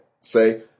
say